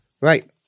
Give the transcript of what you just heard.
right